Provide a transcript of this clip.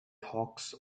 hawks